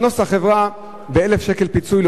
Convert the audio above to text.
לקנוס את החברה ב-1,000 שקלים פיצוי על